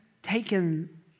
Taken